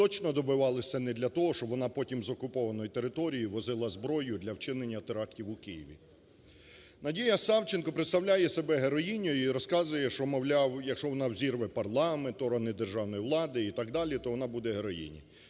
точно добивалися не для того, щоб вона з окупованої території возила зброю для вчинення терактів у Києві. Надія Савченко представляє себе героїнею і розказує, що, мовляв, якщо вона взорве парламент, органи державної влади і так далі, то вона буде героїнею.